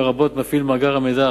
לרבות מפעיל מאגר המידע,